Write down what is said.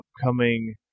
upcoming